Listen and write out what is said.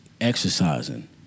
exercising